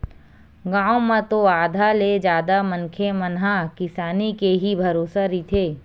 गाँव म तो आधा ले जादा मनखे मन ह किसानी के ही भरोसा रहिथे